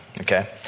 okay